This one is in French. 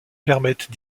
permettent